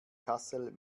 kassel